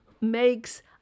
makes